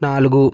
నాలుగు